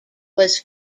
was